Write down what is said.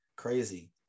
crazy